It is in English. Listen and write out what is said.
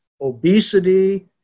obesity